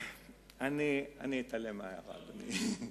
אני אתעלם מההערה, אדוני.